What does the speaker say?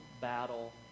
battle